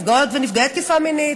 נפגעות ונפגעי תקיפה מינית,